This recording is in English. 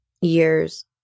years